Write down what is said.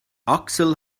axel